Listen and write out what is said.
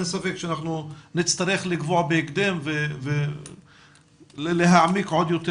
אין ספק שאנחנו נצטרך לקבוע בהקדם ולהעמיק עוד יותר